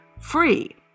free